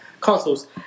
consoles